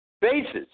bases